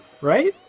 right